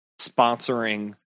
sponsoring